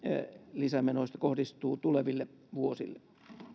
lisämenoista kohdistuu tuleville vuosille